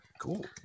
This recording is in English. cool